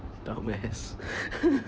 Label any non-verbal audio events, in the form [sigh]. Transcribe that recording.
dumbass [laughs]